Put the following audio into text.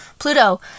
Pluto